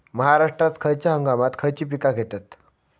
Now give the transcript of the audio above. महाराष्ट्रात खयच्या हंगामांत खयची पीका घेतत?